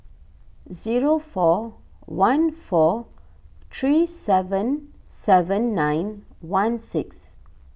zero four one four three seven seven nine one six